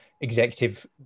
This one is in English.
executive